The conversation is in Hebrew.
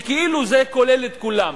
שכאילו זה כולל את כולם.